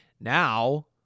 Now